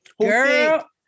Girl